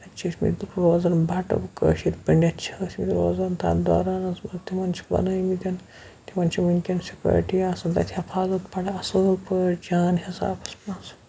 تَتہِ چھِ ٲسمٕتۍ روزان بَٹہٕ کٲشِرۍ پنڈِت چھِ ٲسمٕتۍ روزان تَتھ دورانَس منٛز تِمَن چھِ بَنٲومِتۍ تِمَن چھِ وٕنکیٚن سِکیورٹی آسَن تَتہِ حفاظت بَڑٕ اَصٕل پٲٹھۍ جان حِسابَس منٛز